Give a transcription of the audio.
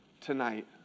tonight